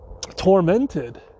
tormented